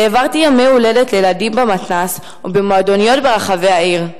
והעברתי ימי הולדת לילדים במתנ"ס ובמועדוניות ברחבי העיר.